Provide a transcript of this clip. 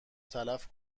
تلف